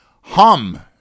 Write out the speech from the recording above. hum